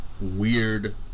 weird